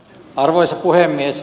arvoisa puhemies